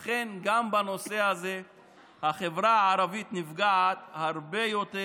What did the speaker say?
לכן גם בנושא הזה החברה הערבית נפגעת הרבה יותר